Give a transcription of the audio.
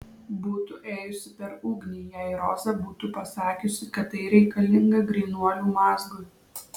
būtų ėjusi per ugnį jei roza būtų pasakiusi kad tai reikalinga grynuolių mazgui